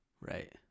right